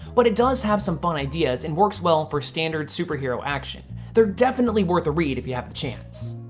but it does have some fun ideas and works well for standard superhero action. they're definitely worth a read if you have the chance.